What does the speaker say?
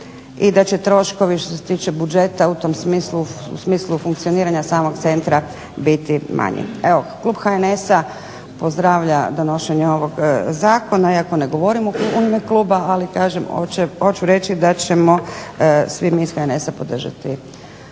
i da će troškovi što se tiče budžete u smislu funkcioniranja samog centra biti manji. Evo, klub HNS-a pozdravlja donošenje ovog zakona i ako ne govorim u ime kluba, ali kažem hoću reći da ćemo svi mi iz HNS-a podržati